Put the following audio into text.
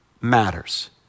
matters